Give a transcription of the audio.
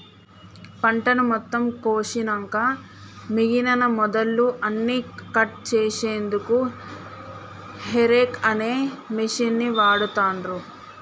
పంటను మొత్తం కోషినంక మిగినన మొదళ్ళు అన్నికట్ చేశెన్దుకు హేరేక్ అనే మిషిన్ని వాడుతాన్రు